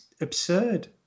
absurd